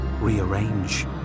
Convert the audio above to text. rearrange